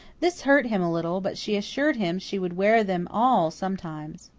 this hurt him a little, but she assured him she would wear them all sometimes.